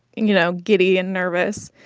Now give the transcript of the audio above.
you know, giddy and nervous.